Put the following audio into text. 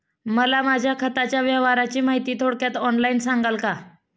मला माझ्या खात्याच्या व्यवहाराची माहिती थोडक्यात ऑनलाईन सांगाल का?